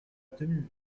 tenue